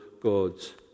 God's